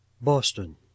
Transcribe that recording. Boston